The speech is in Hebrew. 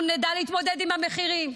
אנחנו נדע להתמודד עם המחירים,